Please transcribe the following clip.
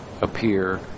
appear